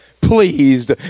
pleased